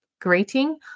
greeting